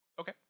Okay